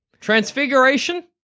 Transfiguration